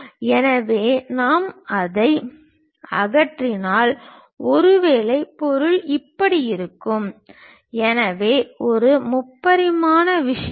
எனவே நான் அதை அகற்றினால் ஒருவேளை பொருள் இப்படி இருக்கும் எனவே ஒரு முப்பரிமாண விஷயமாக